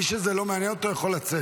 מי שזה לא מעניין אותו יכול לצאת.